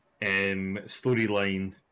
storyline